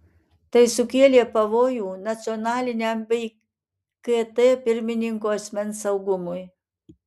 tai sukėlė pavojų nacionaliniam bei kt pirmininko asmens saugumui